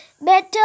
better